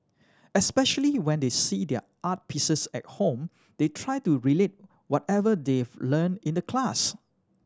especially when they see their art pieces at home they try to relate whatever they've learn in the class